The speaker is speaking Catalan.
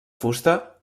fusta